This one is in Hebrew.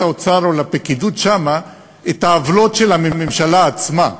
האוצר ולפקידות שם את העוולות של הממשלה עצמה.